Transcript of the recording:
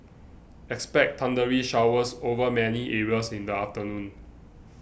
expect thundery showers over many areas in the afternoon